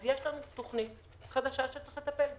יש לנו תוכנית חדשה שצריך לטפל בה.